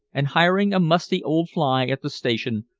and hiring a musty old fly at the station,